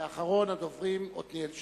ואחרון הדוברים הוא חבר הכנסת עתניאל שנלר.